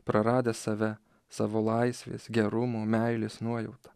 praradę save savo laisvės gerumo meilės nuojauta